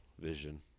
vision